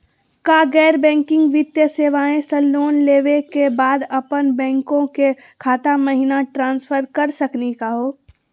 का गैर बैंकिंग वित्तीय सेवाएं स लोन लेवै के बाद अपन बैंको के खाता महिना ट्रांसफर कर सकनी का हो?